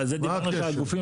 אל תשכח שפה זה הבנק מדווח,